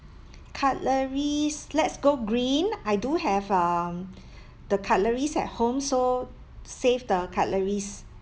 cutleries let's go green I do have um the cutleries at home so save the cutleries